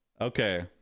okay